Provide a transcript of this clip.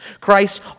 Christ